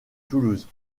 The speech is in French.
toulouse